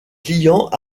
clients